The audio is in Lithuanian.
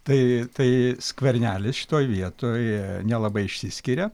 tai tai skvernelis šitoj vietoj nelabai išsiskiria